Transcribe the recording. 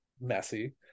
messy